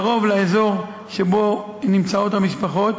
קרוב לאזור שבו נמצאות המשפחות,